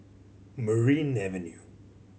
Merryn Avenue